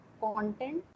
content